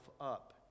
up